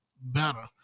better